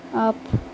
of